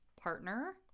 partner